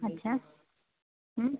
अच्छा